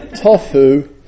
tofu